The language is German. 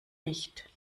nicht